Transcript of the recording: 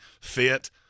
fit